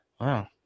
Wow